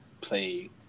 play